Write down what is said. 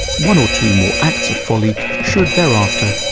one or two more acts of folly should, thereafter,